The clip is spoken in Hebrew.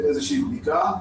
בדיקה.